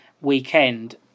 weekend